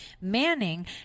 Manning